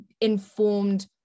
informed